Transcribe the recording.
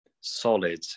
solid